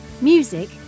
Music